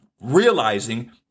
realizing